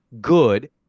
good